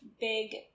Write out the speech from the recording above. big